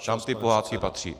Tam ty pohádky patří.